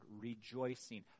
rejoicing